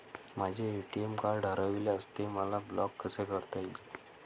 माझे ATM card हरविल्यास ते मला ब्लॉक कसे करता येईल?